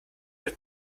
wird